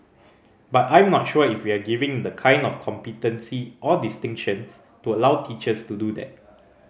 but I'm not sure if we're giving the kind of competency or distinctions to allow teachers to do that